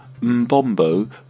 Mbombo